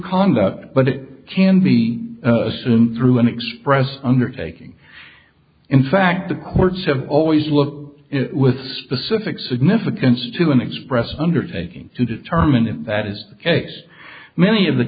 conduct but it can be assumed through an express undertaking in fact the courts have always looked with specific significance to an express undertaking to determine if that is the case many of the